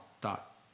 dot